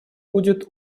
будет